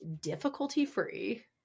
difficulty-free